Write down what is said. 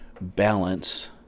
balance